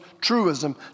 truism